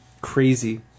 crazy